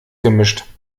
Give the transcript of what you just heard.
gemischt